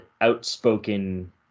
outspoken